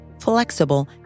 flexible